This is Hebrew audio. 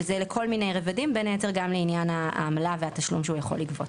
וזה לכל מיני רבדים בין היתר גם לעניין העמלה והתשלום שהוא יכול לגבות.